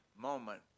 moment